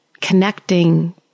connecting